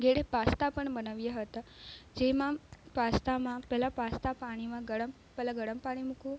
ઘરે પાસ્તા પણ બનાવ્યા હતા જેમાં પાસ્તામાં પહેલા પાસ્તા પાણીમાં ગરમ પહેલા ગરમ પાણી મૂકવું